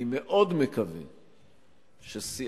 אני מאוד מקווה שסיעתכם,